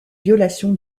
violation